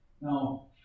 Now